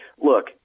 look